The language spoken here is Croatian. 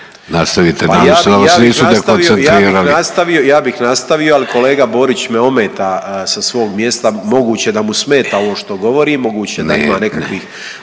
ja bih nastavio, ali kolega Borić me ometa sa svog mjesta, moguće da mu smeta ovo što govorim, moguće … .../Upadica: